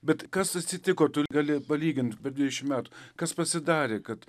bet kas atsitiko tu gali palygint per dvidešimt metų kas pasidarė kad